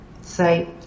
say